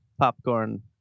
popcorn